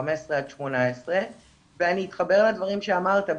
15 עד 18. אתחבר לדברים שאמרת,